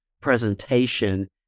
presentation